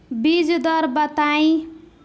बीज दर बताई?